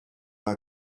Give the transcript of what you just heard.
our